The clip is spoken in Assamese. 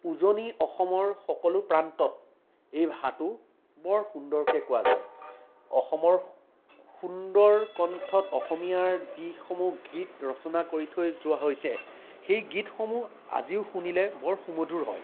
উজনি অসমৰ সকলো প্ৰান্তত এই ভাষাটো বৰ সুন্দৰকৈ কোৱা যায় অসমৰ সুন্দৰ কণ্ঠত অসমীয়াৰ যিসমূহ গীত ৰচনা কৰি থৈ যোৱা হৈছে সেই গীতসমূহ আজিও শুনিলে বৰ সুমধুৰ হয়